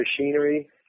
machinery